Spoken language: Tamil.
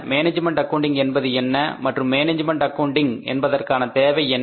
மேனேஜ்மென்ட் அக்கவுண்டிங் என்பது என்ன மற்றும் மேனேஜ்மெண்ட் அக்கவுண்டிங் என்பதற்கான தேவை என்ன